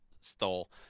stole